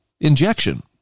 injection